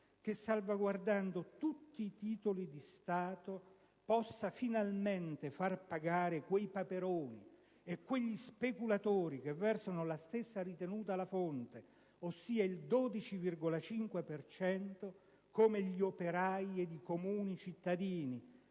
che, salvaguardando tutti i titoli di Stato, possa finalmente far pagare quei "Paperoni" e quegli speculatori che versano la stessa ritenuta alla fonte, ossia il 12,5 per cento, come gli operai ed i comuni cittadini